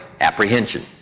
apprehension